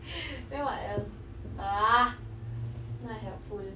then what else ugh not helpful